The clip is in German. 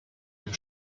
dem